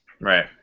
Right